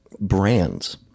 brands